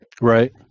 Right